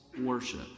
worship